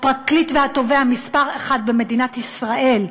הפרקליט והתובע מספר אחת במדינת ישראל,